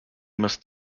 must